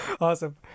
Awesome